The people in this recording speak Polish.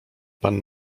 pan